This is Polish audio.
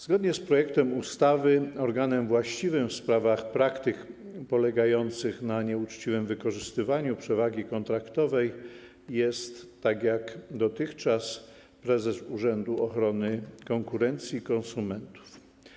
Zgodnie z projektem ustawy organem właściwym w sprawach praktyk polegających na nieuczciwym wykorzystywaniu przewagi kontraktowej jest, tak jak dotychczas, prezes Urzędu Ochrony Konkurencji i Konsumentów.